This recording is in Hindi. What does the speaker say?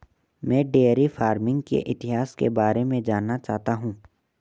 मैं डेयरी फार्मिंग के इतिहास के बारे में जानना चाहता हूं